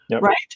right